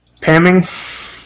Pamming